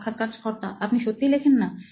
সাক্ষাৎকারকর্তা আপনি সত্যিই লেখেন না